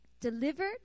delivered